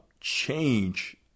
Change